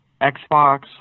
Xbox